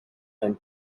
and